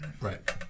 Right